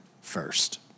first